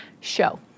show